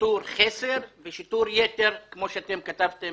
שיטור חסר ושיטור יתר, כמו שאתם כתבתם